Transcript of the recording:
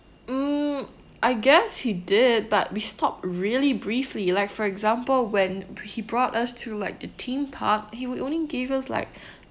mm I guess he did but we stopped really briefly like for example when he brought us to like the theme park he would only give us like